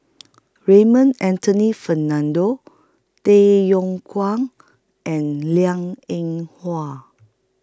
Raymond Anthony Fernando Tay Yong Kwang and Liang Eng Hwa